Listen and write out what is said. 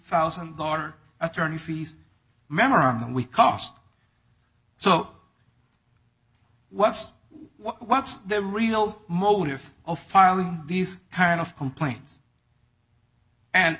thousand dollars attorney fees memorandum we cost so what's what's the real motive of filing these kind of complaints and